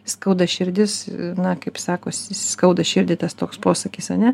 skauda širdis na kaip sakosi skauda širdį tas toks posakis ar ne